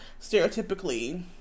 stereotypically